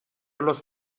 los